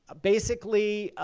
basically,